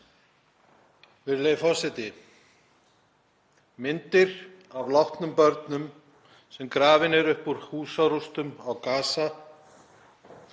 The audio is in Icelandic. Virðulegi forseti. Myndir af látnum börnum sem grafin eru upp úr húsarústum á Gaza.